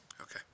Okay